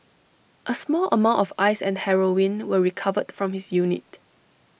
A small amount of ice and heroin were recovered from his unit